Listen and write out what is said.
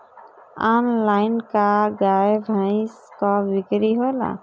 Online का गाय भैंस क बिक्री होला?